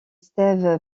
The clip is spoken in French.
steve